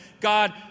God